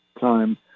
time